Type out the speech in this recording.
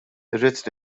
irrid